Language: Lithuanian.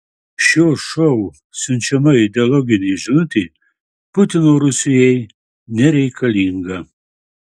šio šou siunčiama ideologinė žinutė putino rusijai nereikalinga